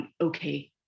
okay